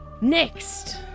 Next